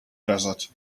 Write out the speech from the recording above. desert